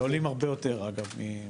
שעולים הרבה יותר, אגב.